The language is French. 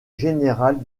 générale